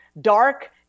dark